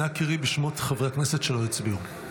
נא קראי בשמות חברי הכנסת שלא הצביעו.